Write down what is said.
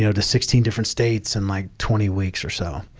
you know to sixteen different states in like twenty weeks or so.